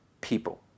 people